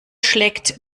schlägt